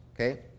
Okay